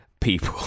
people